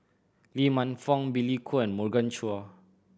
Lee Man Fong Billy Koh and Morgan Chua